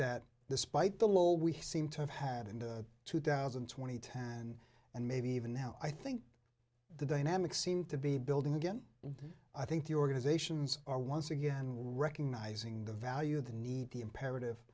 that despite the little we seem to have had in two thousand and twenty ten and maybe even now i think the dynamics seem to be building again and i think the organizations are once again recognizing the value of the need the imperative